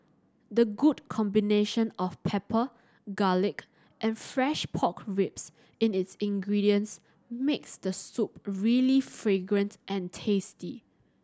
the good combination of pepper garlic and fresh pork ribs in its ingredients makes the soup really fragrant and tasty